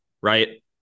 Right